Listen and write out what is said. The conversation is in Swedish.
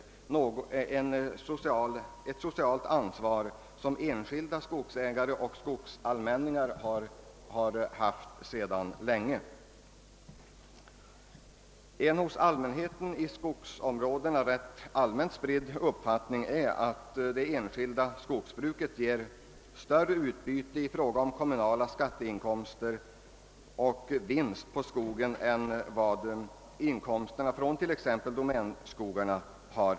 Det tyder på en social ansvarskänsla även inom domänverket, som enskilda skogsägare och skogsallmänningar har visat sedan länge. En hos allmänheten i skogsområdena rätt spridd uppfattning är att det enskilda skogsbruket ger större utbyte i form av kommunala skatteinkomster och vinst på skogen än t.ex. domänskogarna.